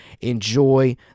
enjoy